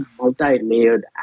multi-layered